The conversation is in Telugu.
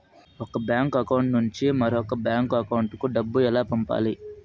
ఒక బ్యాంకు అకౌంట్ నుంచి మరొక బ్యాంకు అకౌంట్ కు డబ్బు ఎలా పంపాలి